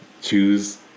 choose